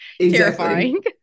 Terrifying